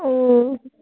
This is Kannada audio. ಹ್ಞೂ